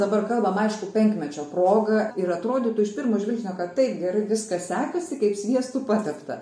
dabar kalbam aišku penkmečio proga ir atrodytų iš pirmo žvilgsnio kad taip gerai viskas sekasi kaip sviestu patepta